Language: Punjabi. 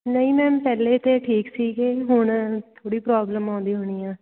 ਨਹੀਂ ਮੈਮ ਪਹਿਲੇ ਤਾਂ ਠੀਕ ਸੀਗੇ ਹੁਣ ਥੋੜ੍ਹੀ ਪ੍ਰੋਬਲਮ ਆਉਂਦੀ ਹੋਣੀ ਆ